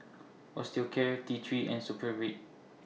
Osteocare T three and Supravit